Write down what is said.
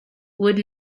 would